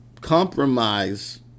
compromise